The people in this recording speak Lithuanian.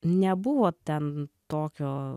nebuvo ten tokio